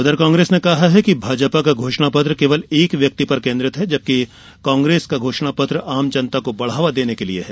उधर कांग्रेस ने कहा है कि भाजपा का घोषणापत्र केवल एक व्यक्ति पर केन्द्रित है जबकि कांग्रेस का घोषणापत्र आम जनता को बढ़ावा देने के लिए है